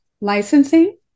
licensing